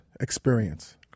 experience